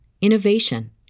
innovation